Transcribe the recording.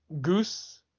Goose